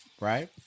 Right